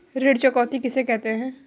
ऋण चुकौती किसे कहते हैं?